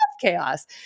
chaos